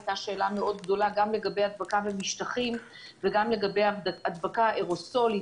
הייתה שאלה גדולה מאוד גם לגבי הדבקה ומשטחים וגם לגבי הדבקה אירוסולית,